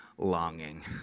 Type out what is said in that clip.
longing